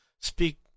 speak